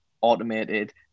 automated